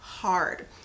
hard